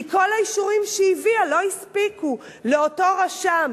כי כל האישורים שהיא הביאה לא הספיקו לאותו רשם,